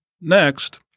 Next